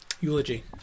eulogy